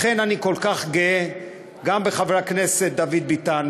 לכן אני כל כך גאה גם בחבר הכנסת דוד ביטן,